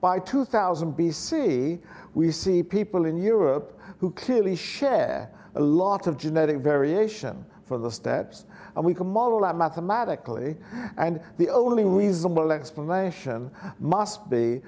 by two thousand b c e we see people in europe who clearly share a lot of genetic variation for the steps and we can model that mathematically and the only reasonable explanation must be